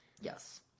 Yes